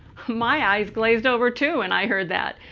my eyes glazed over too and i heard that.